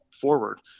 forward